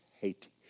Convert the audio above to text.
Haiti